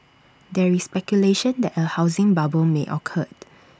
there is speculation that A housing bubble may occur